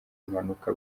impanuka